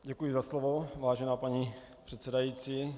Děkuji za slovo, vážená paní předsedající.